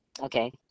okay